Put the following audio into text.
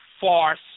Farce